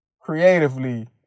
creatively